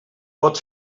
pot